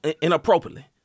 inappropriately